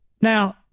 Now